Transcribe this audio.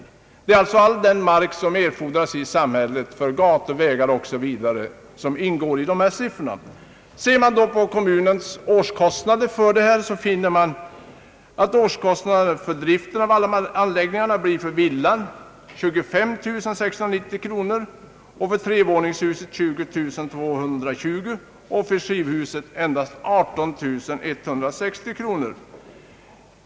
I dessa siffror ingår all den mark som erfordras i samhället för gator, vägar osv. Ser man på kommunens årskostnader, finner man att kostnaderna för driften av alla anläggningar blir för villan 25690 kronor, för trevåningshuset 20220 kronor och för skivhuset 18160 kronor.